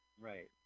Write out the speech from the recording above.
Right